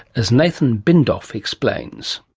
as nathan bindoff explains.